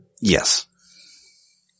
Yes